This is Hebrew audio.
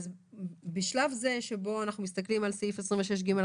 בשלב זה שבו אנחנו מסתכלים על סעיף 26ג,